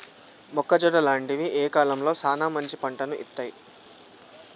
మొక్కజొన్న లాంటివి ఏ కాలంలో సానా మంచి పంటను ఇత్తయ్?